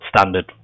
standard